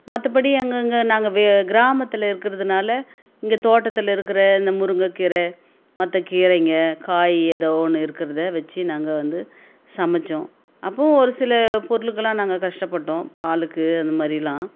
மற்றபடி அங்கங்கே நாங்கள் வே கிராமத்தில் இருக்கறதுனால் இங்கே தோட்டத்தில் இருக்கிற இந்த முருங்கக்கீரை மற்ற கீரைங்க காய் ஏதோ ஒன்று இருக்கிறத வச்சி நாங்கள் வந்து சமைச்சோம் அப்போது ஒரு சில பொருளுக்குலாம் நாங்கள் கஷ்டப்பட்டோம் பாலுக்கு அந்த மாதிரிலாம்